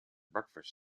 breakfast